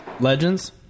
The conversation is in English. Legends